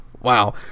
Wow